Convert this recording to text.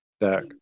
deck